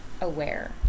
aware